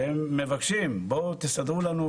שהם מבקשים בואו תסדרו לנו,